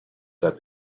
said